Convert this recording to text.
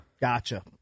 Gotcha